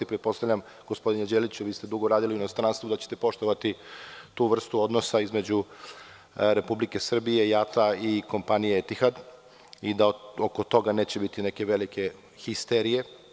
Pretpostavljam gospodine Đeliću vi ste dugo vremena radili u inostranstvu da ćete poštovati tu vrstu odnosa između Republike Srbije, JAT-a i kompanije Etihad i da oko toga neće biti neke velike histerije.